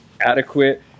adequate